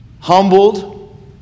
Humbled